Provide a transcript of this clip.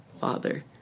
father